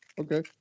Okay